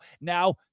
Now